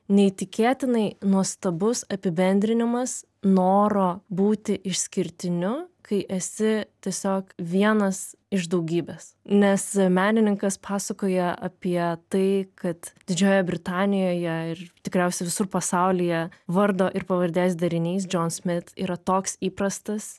neįtikėtinai nuostabus apibendrinimas noro būti išskirtiniu kai esi tiesiog vienas iš daugybės nes menininkas pasakoja apie tai kad didžiojoje britanijoje ir tikriausiai visur pasaulyje vardo ir pavardes dariniais džon smit yra toks įprastas